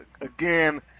again